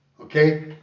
Okay